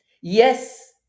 Yes